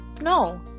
No